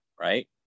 Right